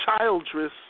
Childress